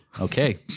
Okay